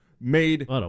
made